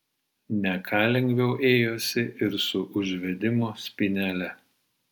ne ką lengviau ėjosi ir su užvedimo spynele